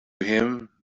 him